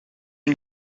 une